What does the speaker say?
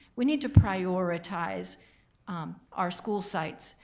we need to prioritize our school sites.